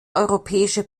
europäische